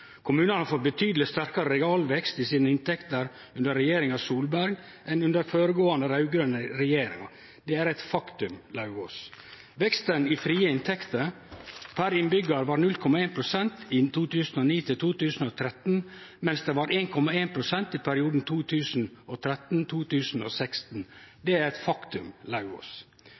Kommunane har fått betydeleg sterkare realvekst i sine inntekter under regjeringa Solberg enn under den føregåande raud-grøne regjeringa. Det er eit faktum. Veksten i frie inntekter per innbyggjar var 0,1 pst. frå 2009 til 2013, medan han var 1,1 pst. i perioden 2013–2016. Det er eit faktum.